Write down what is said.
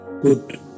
good